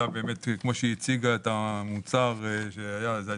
כפי ששירה הציגה את המוצר שהיה אז,